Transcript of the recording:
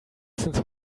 since